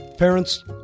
Parents